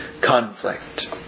conflict